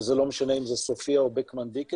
וזה לא משנה אם זה סופיה או בקמן דיקנסון,